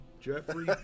Jeffrey